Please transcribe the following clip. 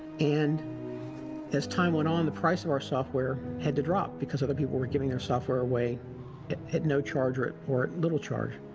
and as time went on, the price of our software had to drop because other people were giving their software away at no charge or at or at little charge.